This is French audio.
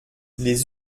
les